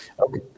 Okay